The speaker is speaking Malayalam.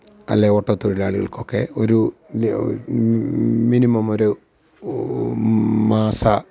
അല്ലെ ഓട്ടോ തൊഴിലാളികള്ക്ക് ഒക്കെ ഒരു മിനിമം ഒരു മാസ